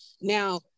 Now